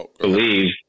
believe